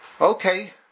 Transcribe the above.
okay